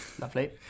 Lovely